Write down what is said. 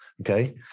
Okay